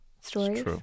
stories